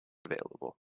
available